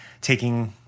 taking